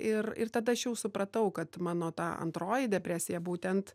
ir ir tada aš jau supratau kad mano ta antroji depresija būtent